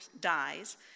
dies